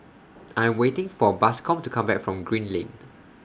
I'm waiting For Bascom to Come Back from Green Lane